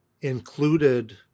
included